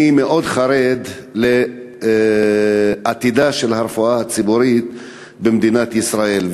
אני מאוד חרד לעתידה של הרפואה הציבורית במדינת ישראל.